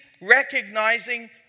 recognizing